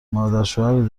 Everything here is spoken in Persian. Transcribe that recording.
مادرشوهری